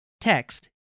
text